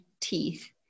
teeth